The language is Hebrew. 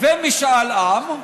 ומשאל עם,